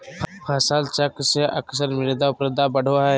फसल चक्र से अक्सर मृदा उर्वरता बढ़ो हइ